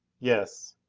yes.